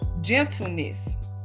gentleness